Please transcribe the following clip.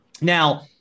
Now